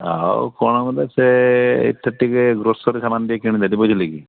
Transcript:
ଆଉ କ'ଣ ଗୋଟେ ସେ ଏଠି ଟିକେ ଗ୍ରୋସରୀ ସାମାନ ଟିକେ କିଣିଲେ ବୁଝିଲେ କି